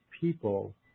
people